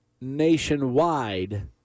nationwide